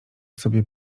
sobie